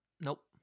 Nope